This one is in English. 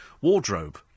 wardrobe